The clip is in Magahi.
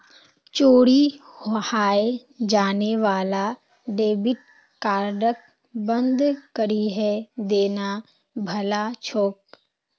चोरी हाएं जाने वाला डेबिट कार्डक बंद करिहें देना भला छोक